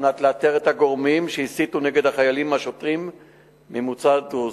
על מנת לאתר את הגורמים שהסיתו נגד החיילים השוטרים ממוצא דרוזי.